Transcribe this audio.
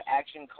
action